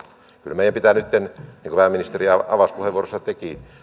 kyllä meidän pitää nytten niin kuin pääministeri avauspuheenvuorossaan teki